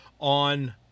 on